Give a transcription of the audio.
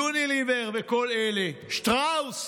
יוניליוור וכל אלה, שטראוס.